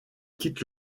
quitte